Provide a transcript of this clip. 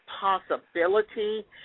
possibility